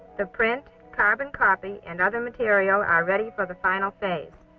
the print carbon copies and other material are ready for the final phase.